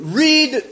read